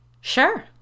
Sure